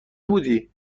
بودی